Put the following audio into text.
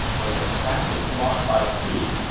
when their path is blocked by the trees,